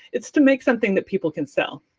it's to make something that people can sell.